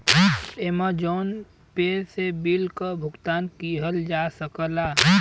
Amazon Pay से bill क भुगतान किहल जा सकला